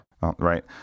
Right